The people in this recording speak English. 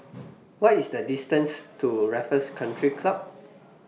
What IS The distance to Raffles Country Club